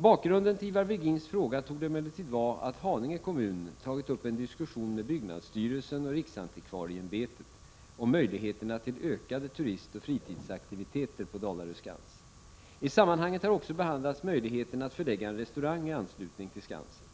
Bakgrunden till Ivar Virgins fråga torde emellertid vara att Haninge kommun tagit upp en diskussion med byggnadsstyrelsen och riksantikvarieämbetet om möjligheterna till ökade turistoch fritidsaktiviteter på Dalarö Skans. I sammanhanget har också behandlats möjligheterna att förlägga en restaurang i anslutning till skansen.